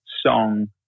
song